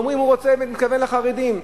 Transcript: אומרים: הוא מתכוון לחרדים.